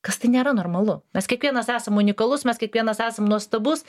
kas tai nėra normalu mes kiekvienas esam unikalus mes kiekvienas esam nuostabus